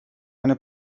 eine